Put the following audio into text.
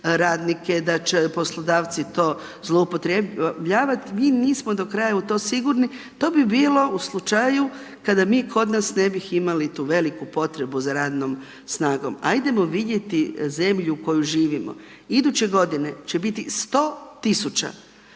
radnike, da će poslodavci to zloupotrjebljavati, mi nismo do kraja u to sigurni, to bi bilo u slučaju kada mi kod nas ne bi imali tu veliku potrebu za radnom snagom. Ajdemo vidjeti zemlju u kojoj živimo. Iduće godine će biti 100 tisuća